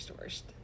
worst